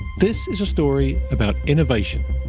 this is a story about innovation,